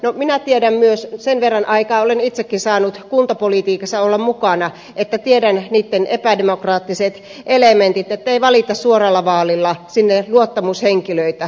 no minä tiedän myös sen verran aikaa olen itsekin saanut kuntapolitiikassa olla mukana että tiedän niitten epädemokraattiset elementit ettei valita suoralla vaalilla sinne luottamushenkilöitä